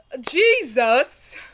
Jesus